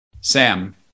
Sam